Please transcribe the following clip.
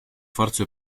forze